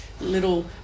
little